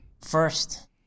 first